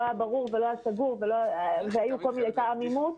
לא היה סגור ולא היה ברור והייתה עמימות,